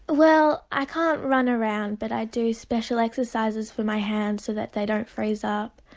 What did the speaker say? well i can't run around but i do special exercises for my hands so that they don't freeze up,